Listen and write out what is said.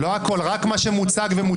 לא הכול, רק מה שמוצג ומוצבע כאן.